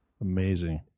amazing